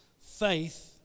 Faith